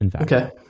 Okay